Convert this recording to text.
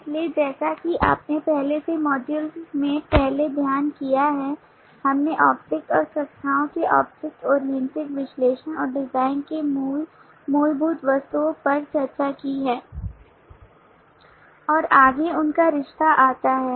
इसलिए जैसा कि आपने पहले के मॉड्यूल में पहले अध्ययन किया है हमने ऑब्जेक्ट और कक्षाओं के ऑब्जेक्ट ओरिएंटेड विश्लेषण और डिजाइन के मूल मूलभूत वस्तुओं पर चर्चा की है और आगे उनका रिश्ता आता है